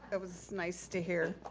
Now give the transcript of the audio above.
that was nice to hear.